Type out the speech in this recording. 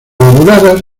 lobuladas